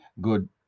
good